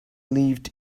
lived